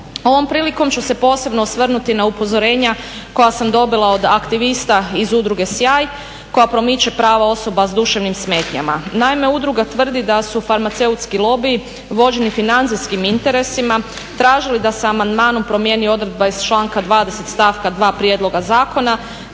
Ovom prilikom ću se posebno osvrnuti na upozorenja koja sam dobila od aktivista iz Udruge Sjaj koja promiče prava osoba sa duševnim smetnjama. Naime, udruga tvrdi da su farmaceutski lobiji vođeni financijskim interesima tražili da se amandmanom promijeni odredba iz članka 20. stavka 2. prijedloga zakona